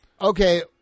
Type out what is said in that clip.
Okay